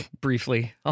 briefly